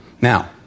Now